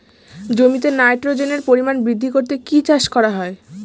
জমিতে নাইট্রোজেনের পরিমাণ বৃদ্ধি করতে কি চাষ করা হয়?